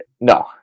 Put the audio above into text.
no